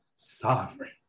sovereign